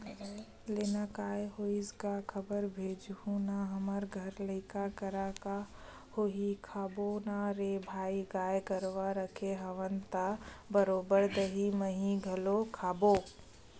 लेना काय होइस गा खबर भेजहूँ ना हमर घर लइका करा का होही खवाबो ना रे भई गाय गरुवा रखे हवन त बरोबर दहीं मही घलोक खवाबो